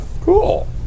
Cool